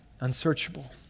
unsearchable